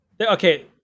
okay